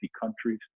countries